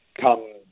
come